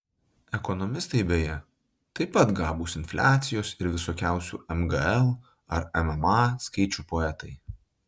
ekonomistai beje taip pat gabūs infliacijos ir visokiausių mgl ar mma skaičių poetai